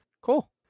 Cool